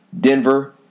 Denver